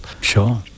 sure